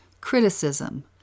criticism